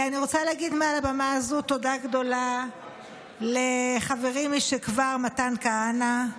אני רוצה להגיד מעל בימה זאת תודה גדולה לחברי משכבר מתן כהנא,